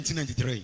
1993